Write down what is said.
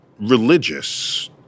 religious